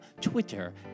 Twitter